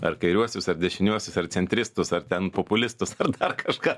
ar kairiuosius ar dešiniuosius ar centristus ar ten populistus ar kažką